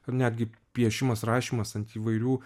ar netgi piešimas rašymas ant įvairių